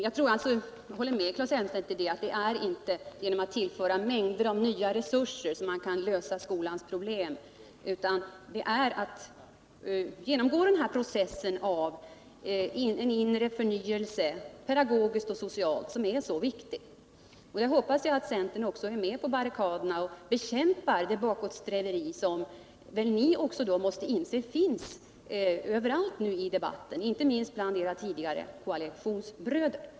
Jag håller med Claes Elmstedt om att det inte är genom att tillföra mängder av nya resurser som man kan lösa skolans problem. Skolan måste genomgå den process av inre förnyelse, pedagogiskt och socialt, som är så viktig. Jag hoppas att centern är med på barrikaderna och bekämpar det bakåtsträveri som ni väl också måste inse förekommer i debatten, inte minst i förkunnelsen från era tidigare koalitionsbröder.